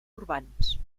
urbans